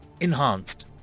enhanced